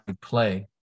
play